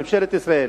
ממשלת ישראל,